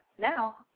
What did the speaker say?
now